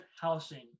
housing